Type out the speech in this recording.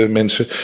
mensen